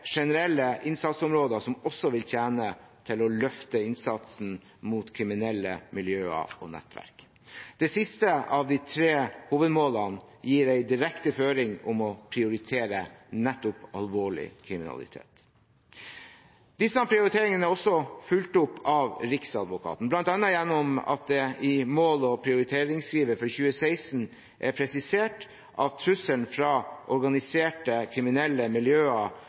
generelle innsatsområder som også vil tjene til å løfte innsatsen mot kriminelle miljøer og nettverk. Det siste av de tre hovedmålene gir en direkte føring om å prioritere nettopp alvorlig kriminalitet. Disse prioriteringene er også fulgt opp av Riksadvokaten, bl.a. gjennom at det i mål- og prioriteringsskrivet for 2016 er presisert at trusselen fra organiserte kriminelle miljøer